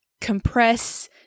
compress